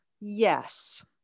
yes